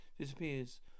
disappears